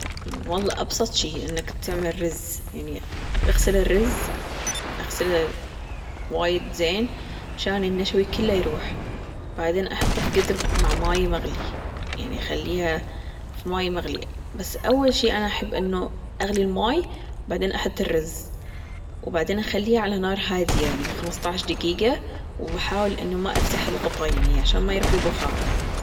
والله أبسط شي إنك تعمل رز يعني أغسل الرز أغسلها وايد زين مشان النشوي كله يروح بعدين أحطه في جدر مع ماي مغلي يعني أخليها في ماي مغلي بس أول شي أنا أحب أنه أغلي المي وبعدين أحط الرز وبعدين أخليه على نار هادية يعني خمستاش دجيجة وبأحاول إنه ما أفتح الغطا يعني عشان ما يروح البخار.